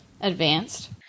advanced